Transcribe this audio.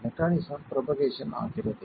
mechanism propagation ஆகிறது